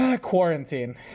Quarantine